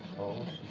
oh,